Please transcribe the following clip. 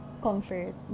comfort